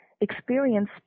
experience